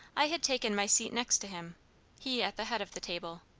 i had taken my seat next to him he at the head of the table,